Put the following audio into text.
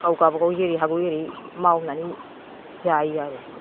गाव गाबागाव जेरै हायो एरै मावनानै जायो आरो